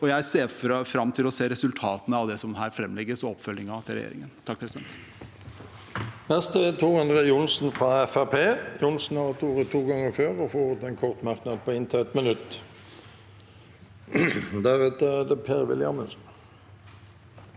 Jeg ser fram til å se resultatene av det som her framlegges, og oppfølgingen til regjeringen.